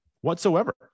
whatsoever